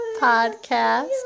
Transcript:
podcast